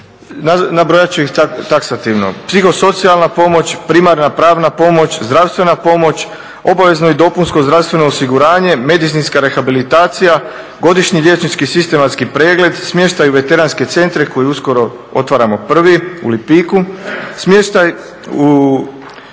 nabrojati ću ih taksativno,